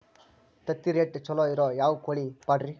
ತತ್ತಿರೇಟ್ ಛಲೋ ಇರೋ ಯಾವ್ ಕೋಳಿ ಪಾಡ್ರೇ?